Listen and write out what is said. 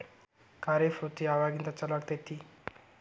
ಖಾರಿಫ್ ಋತು ಯಾವಾಗಿಂದ ಚಾಲು ಆಗ್ತೈತಿ?